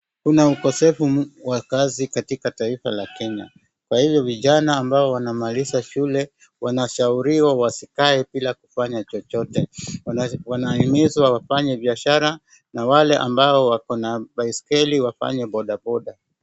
Kuna ukosefu wa kazi katika taifa la Kenya. Kwa hivyo vijana ambao wanamaliza shule wanashauriwa wasikae bila kufanya chochote, wanahimizwa wafanye biashara na wale ambao wakona baiskeli wafanye bodaboda.